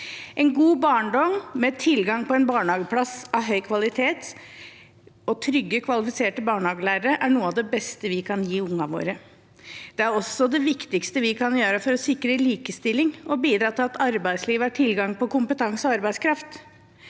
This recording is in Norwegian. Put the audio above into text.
En god barndom med tilgang på en barnehageplass av høy kvalitet og trygge, kvalifiserte barnehagelærere er noe av det beste vi kan gi ungene våre. Det er også det viktigste vi kan gjøre for å sikre likestilling og bidra til at arbeidslivet har tilgang på kompetanse og arbeidskraft.